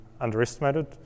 underestimated